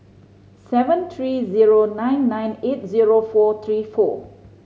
seven three zero nine nine eight zero four three four